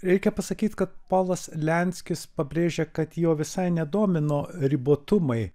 reikia pasakyt kad polas lenskis pabrėžė kad jo visai nedomino ribotumai